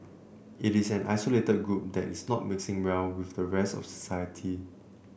it is an isolated group that is not mixing well with the rest of society